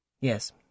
Yes